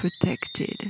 protected